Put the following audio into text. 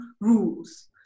rules